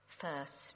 first